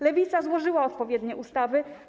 Lewica złożyła odpowiednie ustawy.